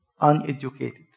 uneducated